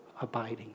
abiding